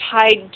tied